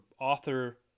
author